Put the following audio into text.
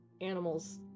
animals